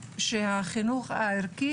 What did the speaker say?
שוב, החינוך הערכי